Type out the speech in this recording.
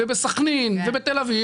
בסכנין ובתל אביב,